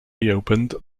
reopened